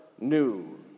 new